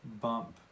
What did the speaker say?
bump